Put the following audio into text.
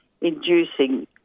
inducing